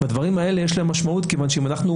לדברים האלה יש משמעות כיוון שאם אנחנו